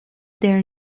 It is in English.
their